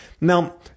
Now